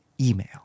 email